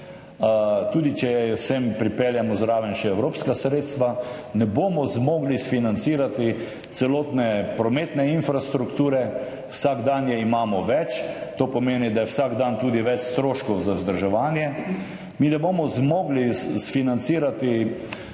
tudi če pripeljemo sem zraven še evropska sredstva, sfinancirati celotne prometne infrastrukture, vsak dan je imamo več. To pomeni, da je vsak dan tudi več stroškov za vzdrževanje. Mi ne bomo zmogli sfinancirati,